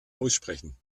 aussprechen